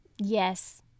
Yes